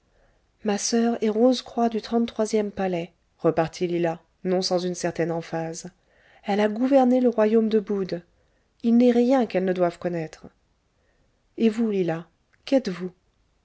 ma soeur est rose-croix du trente-troisième palais repartit lila non sans une certaine emphase elle a gouverné le royaume de bude il n'est rien qu'elle ne doive connaître et vous lila qu'êtes-vous